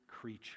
creature